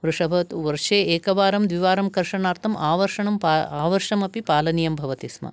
वृषभः तु वर्षे एकवारं द्विवारं कर्षणार्थम् आवर्षणम् आवर्षमपि पालनीयं भवतिस्म